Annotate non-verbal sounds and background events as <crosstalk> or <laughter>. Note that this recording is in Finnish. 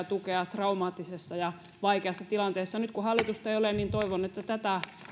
<unintelligible> tukea traumaattisessa ja vaikeassa tilanteessa nyt kun hallitusta ei ole niin toivon että tätä